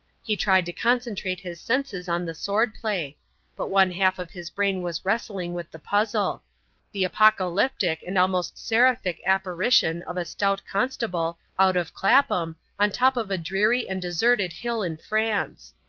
he tried to concentrate his senses on the sword-play but one half of his brain was wrestling with the puzzle the apocalyptic and almost seraphic apparition of a stout constable out of clapham on top of a dreary and deserted hill in france.